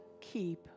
keep